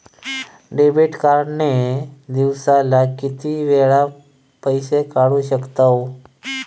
Debit card ने दिवसाला किती वेळा पैसे काढू शकतव?